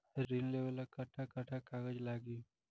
ऋण लेवेला कट्ठा कट्ठा कागज लागी?